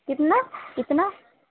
کتنا کتنا